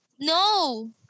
No